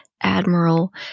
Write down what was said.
Admiral